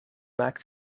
maakt